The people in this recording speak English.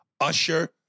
Usher